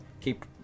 keep